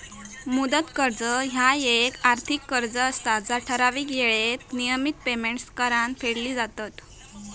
मुदत कर्ज ह्या येक आर्थिक कर्ज असा जा ठराविक येळेत नियमित पेमेंट्स करान फेडली जातत